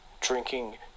drinking